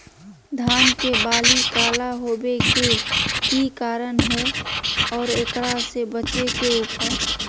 धान के बाली काला होवे के की कारण है और एकरा से बचे के उपाय?